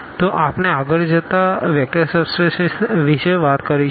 તો આપણે આગળ જતા વેક્ટર સબ સ્પેસ વિષે વાત કરીશું